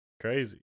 Crazy